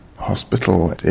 hospital